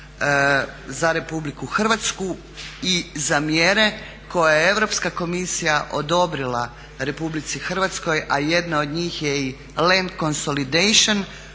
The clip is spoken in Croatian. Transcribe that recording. za RH i za mjere koje je Europska komisija odobrila RH, a jedna od njih je i land consolidation